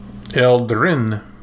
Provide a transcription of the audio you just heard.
Eldrin